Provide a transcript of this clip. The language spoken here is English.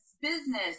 business